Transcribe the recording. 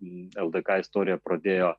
ldk istoriją pradėjo